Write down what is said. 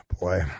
Boy